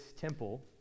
temple